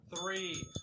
three